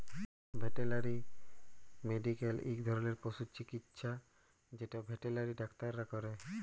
veterinary medical ইক ধরলের পশু চিকিচ্ছা যেট ভেটেলারি ডাক্তাররা ক্যরে